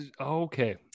okay